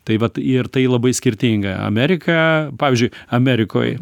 tai vat ir tai labai skirtinga amerika pavyzdžiui amerikoj